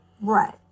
Right